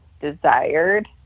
desired